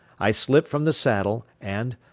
i slipped from the saddle and,